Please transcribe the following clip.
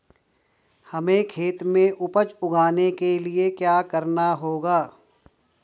हमें खेत में उपज उगाने के लिये क्या करना होगा?